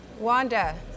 Wanda